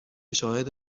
شاهد